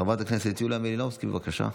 חברת הכנסת יוליה מלינובסקי, בבקשה.